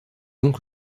donc